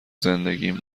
زندگیم